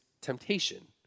temptation